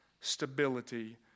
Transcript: stability